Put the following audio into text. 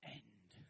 end